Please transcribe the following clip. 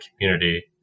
community